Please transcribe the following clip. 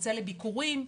יוצא לביקורים,